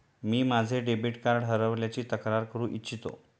मी माझे debit card हरवल्याची तक्रार करू इच्छितो